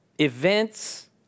events